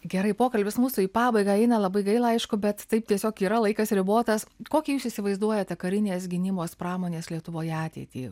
gerai pokalbis mūsų į pabaigą eina labai gaila aišku bet taip tiesiog yra laikas ribotas kokį jūs įsivaizduojate karinės gynybos pramonės lietuvoje ateitį